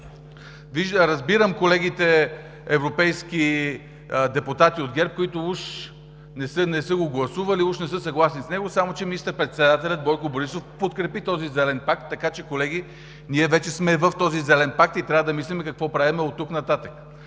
пакт. Разбирам колегите европейски депутати от ГЕРБ, които уж не са го гласували, уж не са съгласни с него, само че министър-председателят Бойко Борисов подкрепи този Зелен пакт. Така че, колеги, ние вече сме в този Зелен пакт и трябва да мислим какво правим оттук нататък.